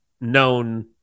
known